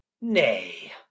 nay